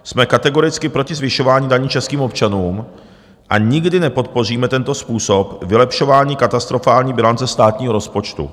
Jsme kategoricky proti zvyšování daní českým občanům a nikdy nepodpoříme tento způsob vylepšování katastrofální bilance státního rozpočtu.